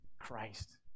Christ